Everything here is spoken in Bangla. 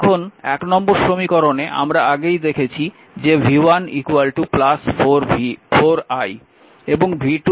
এখন নম্বর সমীকরণে আমরা আগেই দেখেছি যে v 1 4i এবং v 2 6 i